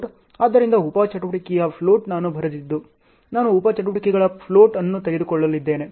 ಆದ್ದರಿಂದ ಉಪ ಚಟುವಟಿಕೆಯ ಫ್ಲೋಟ್ ನಾನು ಬರೆದದ್ದು ನಾನು ಉಪ ಚಟುವಟಿಕೆಗಳ ಫ್ಲೋಟ್ ಅನ್ನು ತೆಗೆದುಕೊಳ್ಳಲಿದ್ದೇನೆ